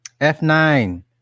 F9